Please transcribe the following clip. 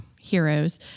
heroes